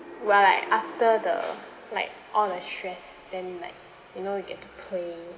while like after the like all the stress then like you know you get to play